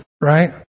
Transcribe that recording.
right